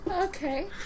Okay